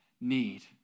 need